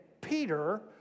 Peter